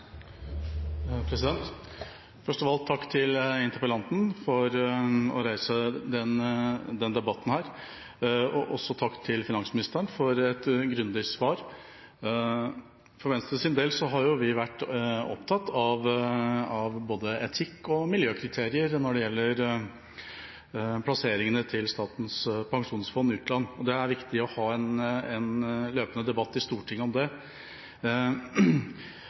dag. Først av alt takk til interpellanten for å reise denne debatten. Takk også til finansministeren for et grundig svar. For Venstres del har vi vært opptatt av både etikk- og miljøkriterier når det gjelder plasseringene til Statens pensjonsfond utland, og det er viktig å ha en løpende debatt i Stortinget om det.